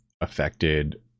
affected